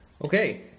Okay